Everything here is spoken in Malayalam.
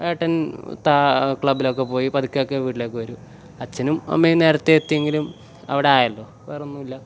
ഏട്ടൻ താ ക്ലബ്ബിലൊക്കെ പോയി പതുക്കെയൊക്കെ വീട്ടിലേക്ക് വരൂ അച്ഛനും അമ്മയും നേരത്തെ എത്തിയെങ്കിലും അവിടെ ആയല്ലോ വേറെ ഒന്നുമില്ല